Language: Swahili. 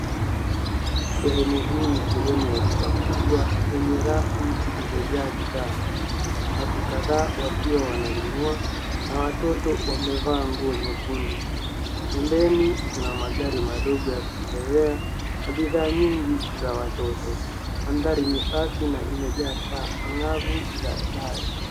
Sehemu hii ni sehemu ya duka kubwa enye rafu zilizojaa bidhaa watu kadhaa wakiwa wananunua na watoto wamevaa nguo nyekundu. Pembeni kuna magari madogo ya kuchezea na bidhaa nyigi za watoto. Mandhari ni safi na imejaa taa angavu za dari.